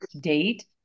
date